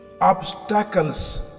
obstacles